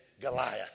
Goliath